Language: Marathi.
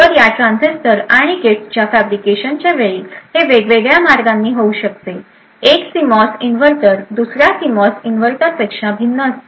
तर या ट्रान्झिस्टर आणि गेट्सच्या फॅब्रिकेशनच्या वेळी हे वेगवेगळ्या मार्गांनी होऊ शकते एक सीमॉस इन्व्हर्टर दुसर्या सीमॉस इन्व्हर्टरपेक्षा भिन्न असते